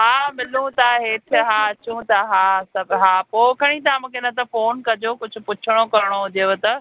हा मिलूं था हेठि हा अचूं था हा सभ हा पोइ खणी तव्हां मूंखे न त फ़ोन कजो कुझु पुछिणो करिणो हुजेव त